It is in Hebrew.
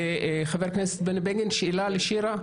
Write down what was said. חבר הכנסת בני בגין, שאלה לשירה.